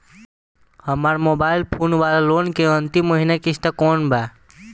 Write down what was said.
हमार mobile phone वाला loan के अंतिम महिना किश्त कौन बा?